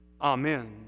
Amen